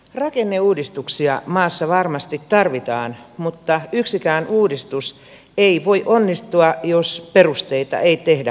rakenneuudistuksia maassa varmasti tarvitaan mutta yksikään uudistus ei voi onnistua jos perusteita ei tehdä huolellisesti